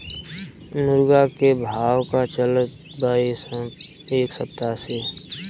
मुर्गा के भाव का चलत बा एक सप्ताह से?